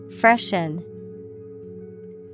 Freshen